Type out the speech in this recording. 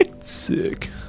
Sick